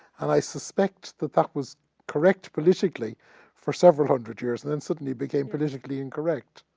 and i suspect that that was correct politically for several hundred years and then suddenly became politically incorrect.